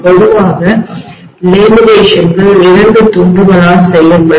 பொதுவாக லேமினேஷன்கள் 2 துண்டுகளால் செய்யப்படும்